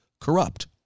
corrupt